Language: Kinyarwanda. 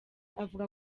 avuga